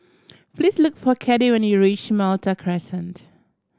please look for Kathy when you reach Malta Crescent